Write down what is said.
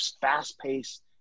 fast-paced